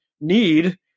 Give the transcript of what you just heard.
need